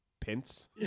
pence